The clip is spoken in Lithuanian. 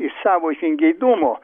iš savo žingeidumo